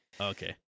Okay